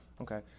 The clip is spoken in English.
Okay